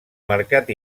mercat